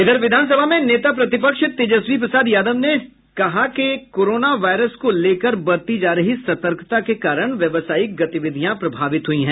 इधर विधान सभा में नेता प्रतिपक्ष तेजस्वी प्रसाद यादव ने सदन में कहा कि कोरोना वायरस को लेकर बरती जा रही सतर्कता के कारण व्यावसायिक गतिविधियां प्रभावित हुई हैं